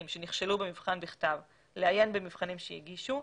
שנכשלו במבחן בכתב לעיין במבחנים שהגישו,